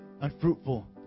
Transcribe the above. unfruitful